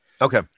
Okay